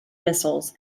missiles